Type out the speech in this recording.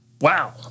Wow